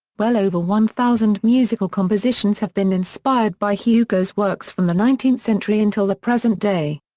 well over one thousand musical compositions have been inspired by hugo's works from the nineteenth century until the present day.